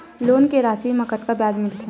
Loan के राशि मा कतका ब्याज मिलथे?